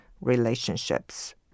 relationships